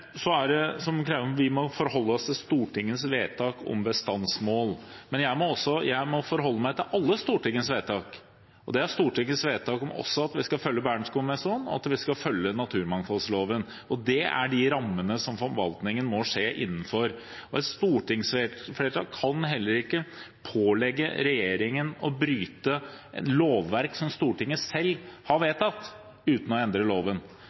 Vi må forholde oss til Stortingets vedtak om bestandsmål, men jeg må forholde meg til alle Stortingets vedtak, og det er også Stortingets vedtak at vi skal følge Bernkonvensjonen, og at vi skal følge naturmangfoldloven. Det er de rammene som forvaltningen må skje innenfor. Et stortingsflertall kan heller ikke pålegge regjeringen å bryte et lovverk som Stortinget selv har vedtatt, uten å endre loven.